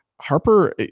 Harper